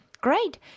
great